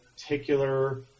particular